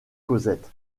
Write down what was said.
cosette